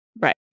Right